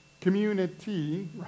community